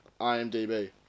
IMDb